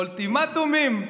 אולטימטומים?